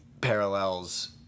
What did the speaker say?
parallels